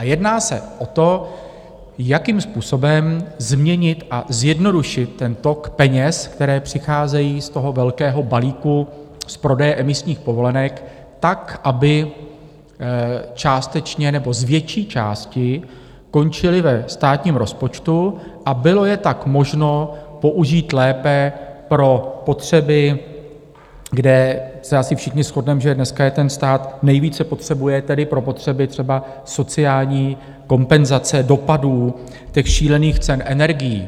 Jedná se o to, jakým způsobem změnit a zjednodušit tok peněz, které přicházejí z toho velkého balíku z prodeje emisních povolenek, tak, aby částečně nebo z větší části končily ve státním rozpočtu a bylo je tak možno použít lépe pro potřeby, kde se asi všichni shodneme, že dneska je stát nejvíce potřebuje, tedy pro potřeby třeba sociální kompenzace dopadů šílených cen energií.